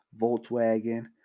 Volkswagen